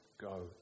go